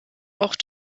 auch